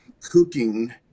cooking